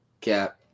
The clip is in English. Cap